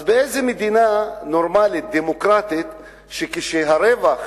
אז באיזו מדינה נורמלית, דמוקרטית, הרווח